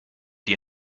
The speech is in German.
die